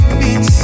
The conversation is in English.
meet